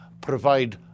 provide